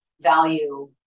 value